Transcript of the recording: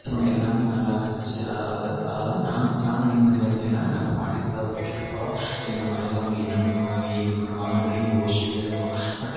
so எல்லாம் நல்லா இருந்துச்சு அதாவது அதாவது நாங்கள் நாங்கள் நிம்மதியாக இருந்தோன்னா நாங்கள் பாட்டி தாத்தாவை விட்டுவிட்டு போகிறோம் ஸோ இந்த மழையில் அவங்க என்ன பண்ணுவாங்க ஏது பண்ணுவாங்க அப்படினு யோசிச்சுகிட்டே இருந்தோம் பட்